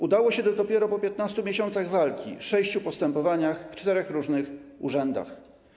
Udało się to dopiero po 15 miesiącach walki, sześciu postępowaniach w czterech różnych urzędach.